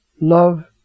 love